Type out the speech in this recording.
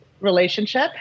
relationship